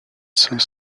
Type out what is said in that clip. saint